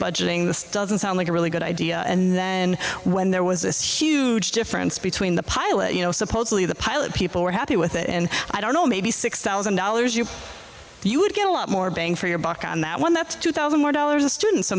budgeting the sound like a really good idea and then when there was this huge difference between the pilot you know supposedly the pilot people were happy with it and i don't know maybe six thousand dollars you you would get a lot more bang for your buck on that one that two thousand more dollars a student so